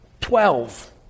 Twelve